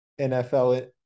NFL